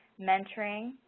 mentoring,